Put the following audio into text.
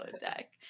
deck